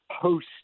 post